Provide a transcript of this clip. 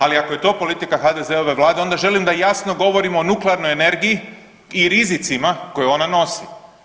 Ali ako je to politika HDZ-ove vlade onda želim da jasno govorimo o nuklearnoj energiji i rizicima koje ona nosi.